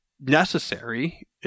necessary